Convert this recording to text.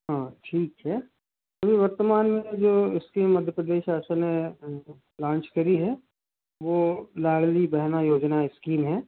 हाँ ठीक है अभी वर्तमान में जो स्कीम मध्य प्रदेश शासन ने लॉन्च करी है वो लाडली बहन योजना स्कीम है